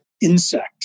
insect